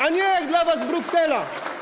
a nie jak dla was Bruksela.